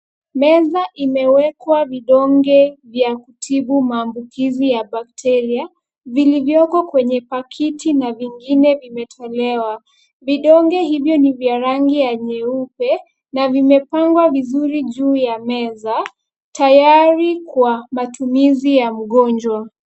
Meza imewekwa vidonge vya kutibu maambukizi ya bacteria , vilivyoko kwenye pakiti na vingine vimetolewa. Vidonge hivyo ni vya rangi ya nyeupe na vimepangwa vizuri juu ya meza, tayari kwa matumizi ya mgonjwa.